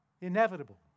inevitable